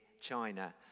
China